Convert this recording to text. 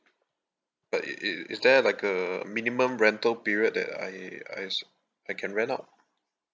but i~ i~ i~ is there like a minimum rental period that I I s~ I can rent out